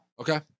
okay